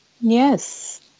Yes